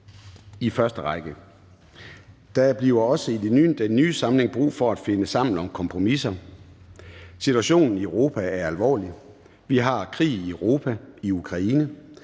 i første række. Der bliver også i den nye samling brug for at finde sammen om kompromiser. Situationen i Europa er alvorlig. Vi har krig i Europa, i Ukraine.